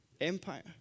empire